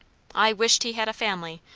i wisht he had a family,